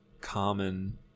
Common